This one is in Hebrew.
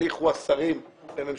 הניחו השרים בממשלתכם,